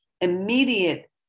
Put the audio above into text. immediate